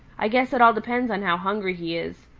i guess it all depends on how hungry he is.